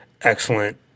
excellent